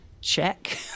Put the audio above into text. check